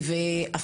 חלילה.